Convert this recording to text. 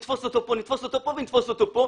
נתפוס אותו פה ונתפוס אותו פה.